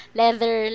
leather